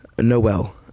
Noel